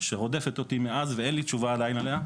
שרודפת אותי מאז ואין לי תשובה עדיין עליה.